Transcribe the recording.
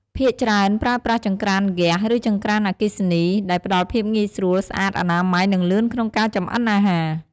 ភាគច្រើនប្រើប្រាស់ចង្រ្តានហ្គាស ឬចង្រ្តានអគ្គិសនី ដែលផ្ដល់ភាពងាយស្រួល ស្អាត អនាម័យ និងលឿនក្នុងការចម្អិនអាហារ។